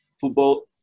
football